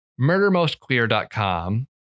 MurderMostQueer.com